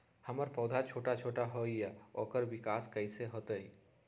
हमर पौधा छोटा छोटा होईया ओकर विकास कईसे होतई?